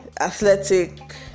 athletic